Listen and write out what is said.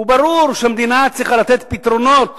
וברור שהמדינה צריכה לתת פתרונות